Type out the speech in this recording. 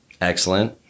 Excellent